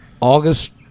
August